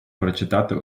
прочитати